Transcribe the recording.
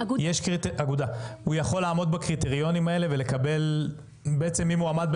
הוא יכול לעמוד בקריטריונים האלה ולקבל היתר?